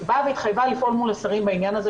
היא באה והתחייבה לפעול מול השרים בעניין הזה